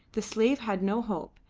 the slave had no hope,